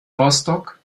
rostock